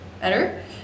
better